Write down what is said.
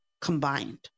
combined